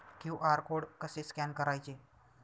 QR code कसे scan करायचे?